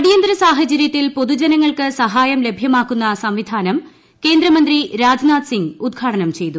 അടിയന്തര സാഹചര്യത്തിൽ പ്പൊതുജനങ്ങൾക്ക് സഹായം ലഭ്യമാക്കുന്ന സ്ട്വിധാനം കേന്ദ്രമന്ത്രി രാജ് നാഥ് സിംഗ് ഉദ്ഘാടനം ചെയ്തു